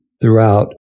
throughout